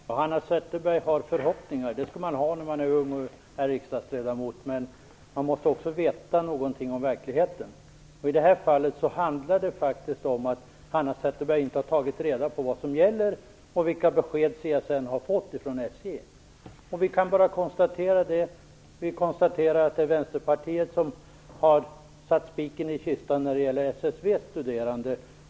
Fru talman! Hanna Zetterberg har förhoppningar. Det skall man ha när man är ung och riksdagsledamot, men man måste också veta något om verkligheten. I det här fallet handlar det faktiskt om att Hanna Zetterberg inte har tagit reda på vad som gäller och vilka besked CSN har fått från SJ. Vi kan bara konstatera att det är Vänsterpartiet som har slagit spiken i kistan när det gäller SSV:s studerande.